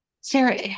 Sarah